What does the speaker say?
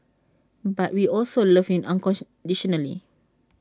but we also love him unconditionally